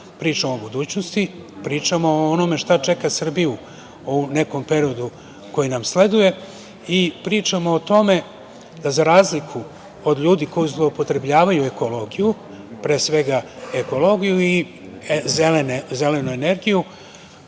Pričamo o budućnosti, pričamo o onome šta čeka Srbiju u nekom periodu koji nam sleduje i pričamo o tome da za razliku od ljudi koji zloupotrebljavaju ekologiju, pre svega ekologiju i zelenu energiju